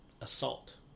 assault